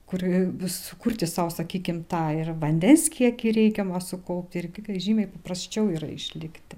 kur sukurti sau sakykim tą ir vandens kiekį reikiamą sukaupti ir žymiai paprasčiau yra išlikti